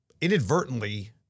inadvertently